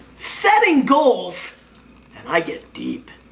setting goals, and i get deep.